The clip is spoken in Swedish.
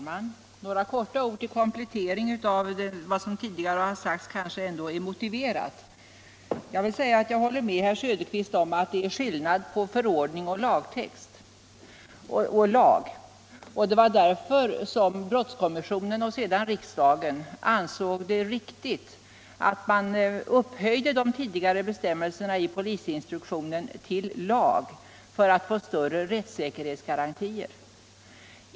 Herr talman! Några få ord till komplettering av vad som tidigare har sagts kanske är motiverade. Jag håller med herr Söderqvist om att det är skillnad på förordning och lag. Brottskommissionen och sedan riksdagen ansåg det också riktigt att upphöja de tidigare bestämmelserna i polisinstruktionen till lag för att man därigenom skulle få större rättssäkerhetsgarantier.